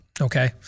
Okay